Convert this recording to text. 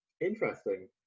Interesting